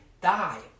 die